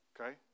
okay